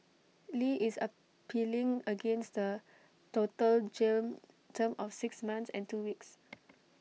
li is appealing against the total jail term of six months and two weeks